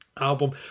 album